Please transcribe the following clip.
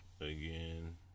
again